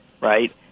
right